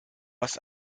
hast